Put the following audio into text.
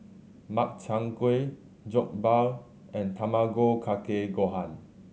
Makchang Gui Jokbal and Tamago Kake Gohan